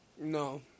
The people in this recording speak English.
No